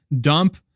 dump